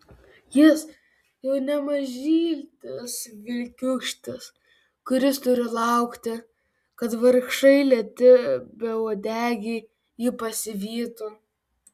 jis jau ne mažytis vilkiūkštis kuris turi laukti kad vargšai lėti beuodegiai ji pasivytų